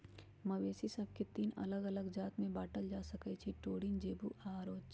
मवेशि सभके तीन अल्लग अल्लग जात में बांटल जा सकइ छै टोरिन, जेबू आऽ ओरोच